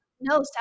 No